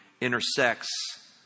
intersects